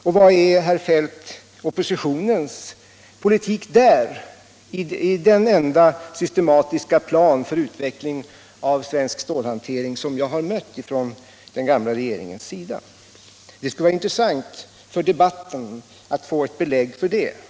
Och vilken är, herr Feldt, oppositionens politik där, beträffande den enda systematiska plan för utveckling av svensk stålhantering som finns från den gamla regeringens sida? Det skulle vara intressant för debatten att få en uppgift om det.